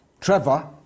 Trevor